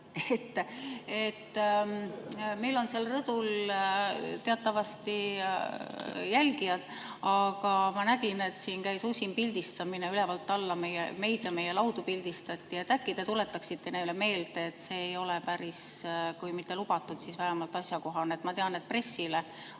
Meil on seal rõdul teatavasti jälgijad, aga ma nägin, et siin käis usin pildistamine ülevalt alla. Meid ja meie laudu pildistati. Äkki te tuletaksite neile meelde, et kuigi see ei ole päris [keelatud], ei ole see vähemalt asjakohane. Ma tean, et pressile